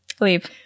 Leave